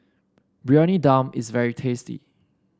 Briyani Dum is very tasty